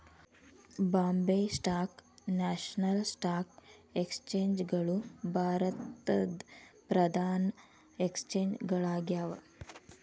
Bombay stock national stock exchange ಗಳು ಭಾರತದ್ ಪ್ರಧಾನ ಎಕ್ಸ್ಚೇಂಜ್ ಗಳಾಗ್ಯಾವ